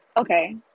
Okay